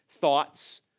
thoughts